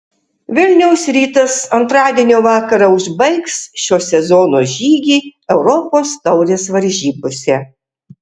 vilniaus rytas antradienio vakarą užbaigs šio sezono žygį europos taurės varžybose